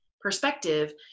perspective